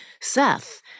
Seth